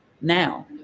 now